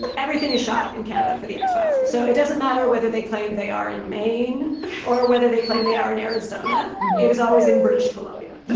but everything is shot in canada for the x-files. so it doesn't matter whether they claim they are in maine or whether they claim they are in arizona. it is always in british columbia